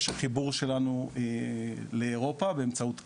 של החיבור שלנו לאירופה באמצעות כבל,